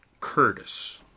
Curtis